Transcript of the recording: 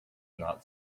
not